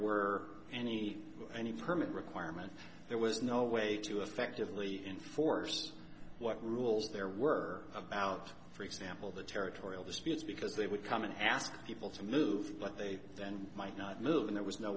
were any any permit requirement there was no way to effectively enforce what rules there were about for example the territorial disputes because they would come and ask people to move but they then might not move in there was no